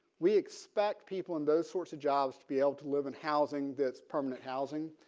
we expect people in those sorts of jobs to be able to live in housing. that's permanent housing.